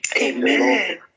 Amen